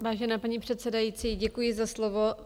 Vážená paní předsedající, děkuji za slovo.